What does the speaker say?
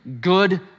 good